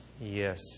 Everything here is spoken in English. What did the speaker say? Yes